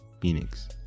Phoenix